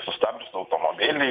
sustabdžius automobilį